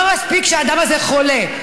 לא מספיק שהאדם הזה חולה,